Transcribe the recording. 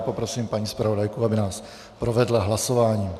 Prosím paní zpravodajku, aby nás provedla hlasováním.